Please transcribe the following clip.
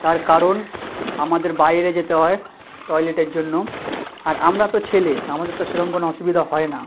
তার কারণ আমাদের বাইরে যেতে হয় টয়লেটের জন্য আর আমরা তো ছেলে আমাদের তো সেরকম কোনো অসুবিধা হয় না